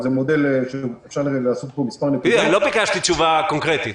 זה מודל שאפשר לעשות -- לא ביקשתי תשובה קונקרטית.